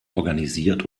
organisiert